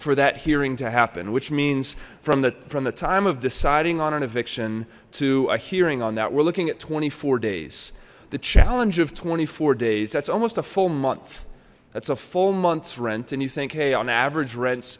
for that hearing to happen which means from the from the time of deciding on an eviction to a hearing on that we're looking at twenty four days the challenge of twenty four days that's almost a full month that's a full month's rent and you think hey on average rent